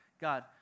God